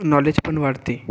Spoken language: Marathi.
नॉलेज पण वाढते